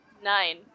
Nine